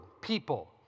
people